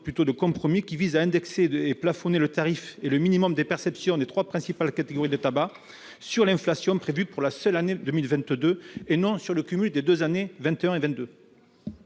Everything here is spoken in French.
de compromis vise donc à indexer et à plafonner le tarif et le minimum de perception des trois principales catégories des produits du tabac sur l'inflation prévue sur la seule année 2022, et non sur le cumul des deux années 2021 et 2022.